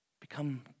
become